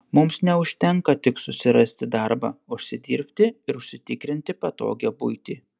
mums neužtenka tik susirasti darbą užsidirbti ir užsitikrinti patogią buitį